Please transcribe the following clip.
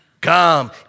Come